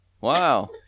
Wow